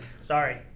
Sorry